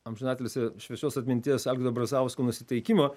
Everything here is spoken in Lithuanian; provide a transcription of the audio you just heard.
amžinatilsį šviesios atminties algirdo brazausko nusiteikimo